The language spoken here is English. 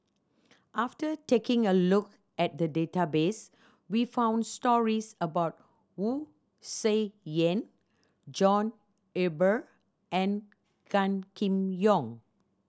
after taking a look at the database we found stories about Wu Tsai Yen John Eber and Gan Kim Yong